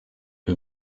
who